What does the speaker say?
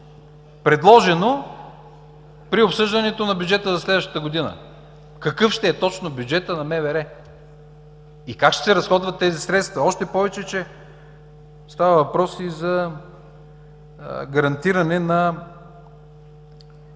предложено при обсъждането на бюджета за следващата година? Какъв ще е точно бюджетът на МВР и как ще се разходват тези средства, още повече че става въпрос и за гарантиране на